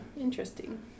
Interesting